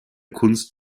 kunst